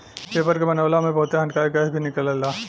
paper के बनावला में बहुते हानिकारक गैस भी निकलेला